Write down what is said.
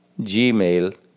Gmail